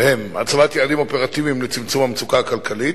והם: הצבת יעדים אופרטיביים לצמצום המצוקה הכלכלית.